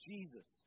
Jesus